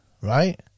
right